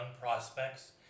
prospects